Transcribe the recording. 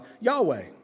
Yahweh